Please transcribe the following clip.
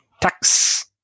tax